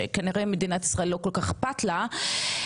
שכנראה מדינה ישראל לא כל כך אכפת לה,